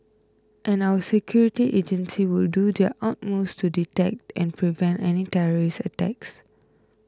and our security agencies will do their utmost to detect and prevent any terrorist attacks